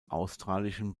australischen